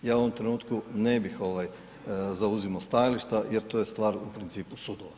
Ja u ovom trenutku ne bih zauzimao stajališta jer to je stvar u principu sudova.